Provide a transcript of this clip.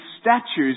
statues